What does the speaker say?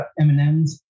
MMs